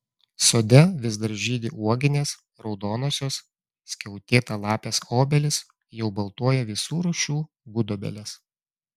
sode vis dar žydi uoginės raudonosios skiautėtalapės obelys jau baltuoja visų rūšių gudobelės